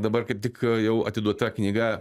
dabar kaip tik jau atiduota knyga